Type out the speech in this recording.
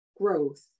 growth